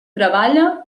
treballa